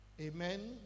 Amen